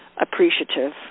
appreciative